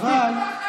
מספיק.